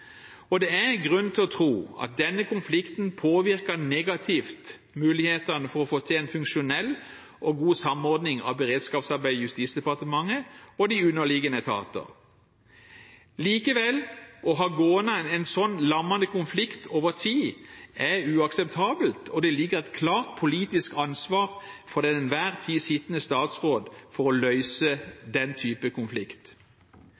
Politiavdelingen. Det er grunn til å tro at denne konflikten påvirket negativt mulighetene for å få til en funksjonell og god samordning av beredskapsarbeidet i Justisdepartementet og de underliggende etater. Likevel, å ha gående en sånn lammende konflikt over tid er uakseptabelt, og det ligger et klart politisk ansvar hos den til enhver tid sittende statsråd for å løse den type konflikt.